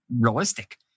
realistic